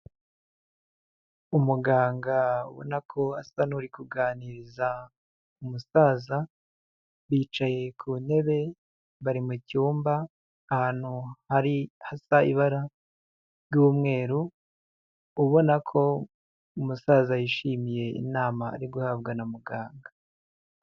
Umuganga ubona ko asa n'uri kuganiriza umusaza, bicaye ku ntebe bari mu cyumba ahantu hari hasa ibara ry'umweru ubona ko umusaza yishimiye inama ari guhabwa na muganga.